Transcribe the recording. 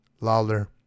Lawler